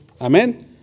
Amen